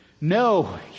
No